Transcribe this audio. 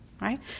right